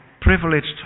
privileged